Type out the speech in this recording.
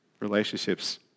Relationships